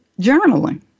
journaling